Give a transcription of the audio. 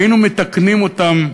היינו מתקנים אותם,